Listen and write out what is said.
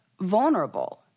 vulnerable